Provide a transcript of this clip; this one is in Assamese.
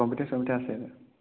কম্পিউটাৰ চম্পিউটাৰ আছে ছাৰ